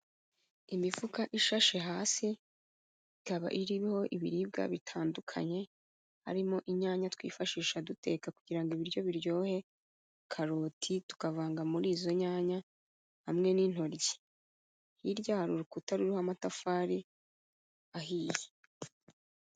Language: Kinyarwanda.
Imifuka ishashe hasi, ikaba iriho ibiribwa bitandukanye, harimo inyanya twifashisha duteka kugira ngo ibiryo biryohe, karoti tukavanga muri izo nyanya hamwe n'intoryi. Hirya hari urukuta ruriho amatafari ahiye.